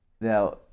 Now